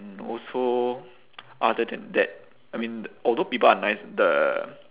and also other than that I mean although people are nice the